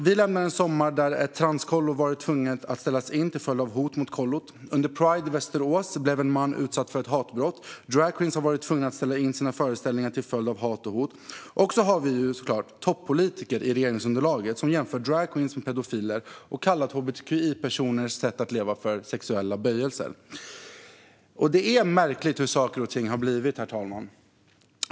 Vi lämnar en sommar där ett transkollo tvingats ställas in till följd av hot mot kollot. Under Pride i Västerås blev en man utsatt för hatbrott, och dragqueens har varit tvungna att ställa in sina föreställningar till följd av hat och hot. Och så har vi toppolitiker i regeringsunderlaget som har jämfört dragqueens med pedofiler och kallat hbtqi-personers sätt att leva för sexuella böjelser. Det är märkligt hur saker och ting har blivit, herr talman.